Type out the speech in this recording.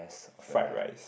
fried rice